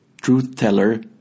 truth-teller